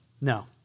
No